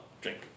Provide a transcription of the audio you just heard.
drink